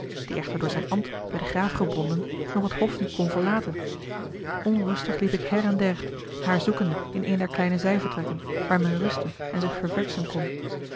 die echter door zijn ambt bij den graaf gebonden nog het hof niet kon verlaten onrustig liep ik her en der haar zoekende in een der kleine zijvertrekken waar men rusten en zich ververschen kon